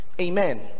amen